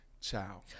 ciao